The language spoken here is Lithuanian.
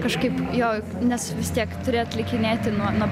kažkaip jo nes vis tiek turi atlikinėti nuo nuo